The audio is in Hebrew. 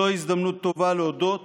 זו הזדמנות טובה להודות